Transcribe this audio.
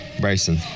Bryson